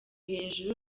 hejuru